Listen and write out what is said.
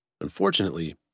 Unfortunately